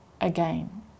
again